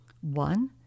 One